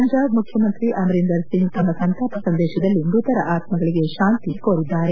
ಪಂಜಾಬ್ ಮುಖ್ಯಮಂತ್ರಿ ಅಮರಿಂದರ್ ಸಿಂಗ್ ತಮ್ಮ ಸಂತಾಪ ಸಂದೇಶದಲ್ಲಿ ಮೃತರ ಆತ್ತಗಳಿಗೆ ಶಾಂತಿ ಕೋರಿದ್ದಾರೆ